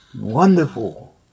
wonderful